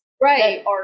Right